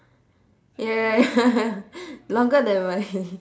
ya ya ya longer than my